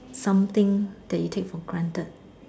something that you take for granted